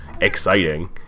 exciting